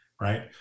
right